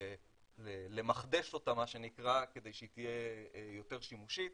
למחדש אותה, כדי שהיא תהיה יותר שימושית,